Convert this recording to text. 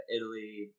Italy